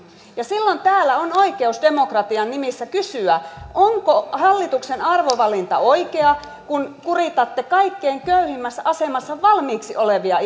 ja silloin täällä on oikeus demokratian nimissä kysyä onko hallituksen arvovalinta oikea kun kuritatte kaikkein köyhimmässä asemassa valmiiksi olevia